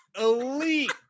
Elite